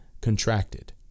contracted